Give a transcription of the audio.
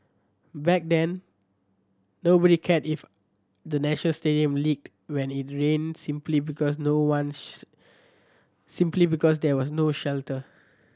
back then nobody cared if the National Stadium leaked when it rained simply because no ones simply because there was no shelter